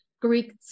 Greek